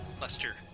Lester